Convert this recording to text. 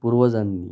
पूर्वजांनी